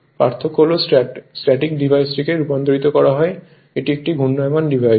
পার্থক্য হল স্ট্যাটিক ডিভাইসটিকে রূপান্তরিত করা এটি একটি ঘূর্ণমান ডিভাইসে